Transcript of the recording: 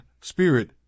Spirit